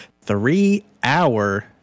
three-hour